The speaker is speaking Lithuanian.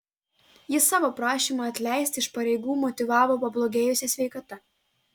jis savo prašymą atleisti iš pareigų motyvavo pablogėjusia sveikata